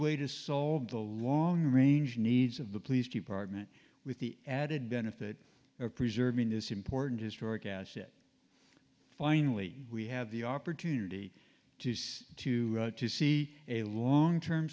way to solve the long range needs of the police department with the added benefit of preserving this important historic asset finally we have the opportunity to use to see a long term